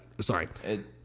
Sorry